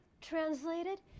translated